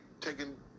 taking